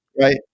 right